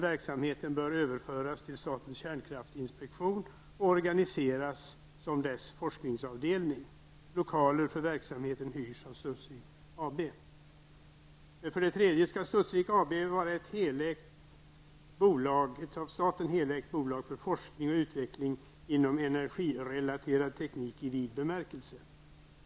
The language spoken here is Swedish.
Verksamheten bör överföras till statens kärnkraftsinspektion och organiseras som dess forskningsavdelning. Lokaler för verksamheten hyrs av Studsvik AB. Studsvik AB skall vara ett av staten helägt bolag för forskning och utveckling inom energirelaterad teknik i vid bemärkelse.